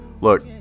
look